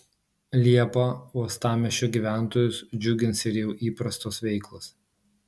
liepą uostamiesčio gyventojus džiugins ir jau įprastos veiklos